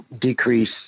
decrease